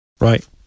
Right